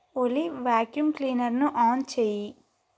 ఓలీ vacuum క్లీనర్ను on చేయి